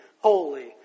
holy